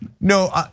No